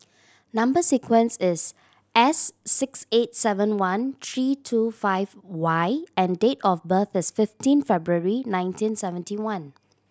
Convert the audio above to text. number sequence is S six eight seven one three two five Y and date of birth is fifteen February nineteen seventy one